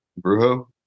Brujo